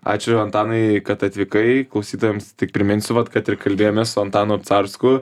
ačiū antanai kad atvykai klausytojams tik priminsiu vat kad ir kalbėjomės su antanu obcarsku